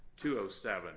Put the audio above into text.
207